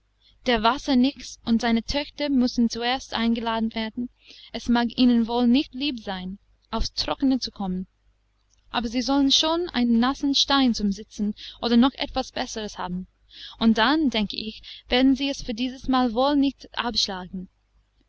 der wassernix und seine töchter müssen zuerst eingeladen werden es mag ihnen wohl nicht lieb sein aufs trockene zu kommen aber sie sollen schon einen nassen stein zum sitzen oder noch etwas besseres haben und dann denke ich werden sie es für dieses mal wohl nicht abschlagen